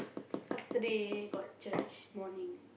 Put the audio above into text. Saturday got church morning